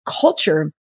culture